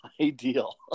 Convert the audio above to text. ideal